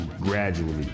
gradually